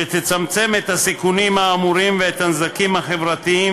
שתצמצם את הסיכונים האמורים ואת הנזקים החברתיים